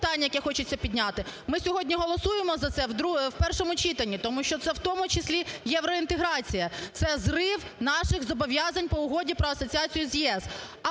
Ми сьогодні голосуємо за це в першому читанні. Тому що це в тому числі євроінтеграція. Це зрив наших зобов'язань по Угоді про асоціацію з ЄС.